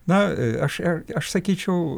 na aš aš sakyčiau